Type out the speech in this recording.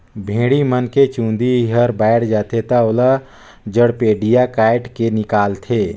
भेड़ी मन के चूंदी हर बायड जाथे त ओला जड़पेडिया कायट के निकालथे